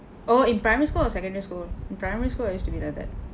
oh in primary school or secondary school in primary school I used to be like that